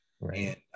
right